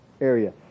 area